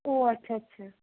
ও আচ্ছা আচ্ছা